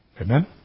Amen